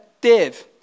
Dave